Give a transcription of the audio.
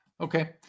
Okay